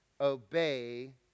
obey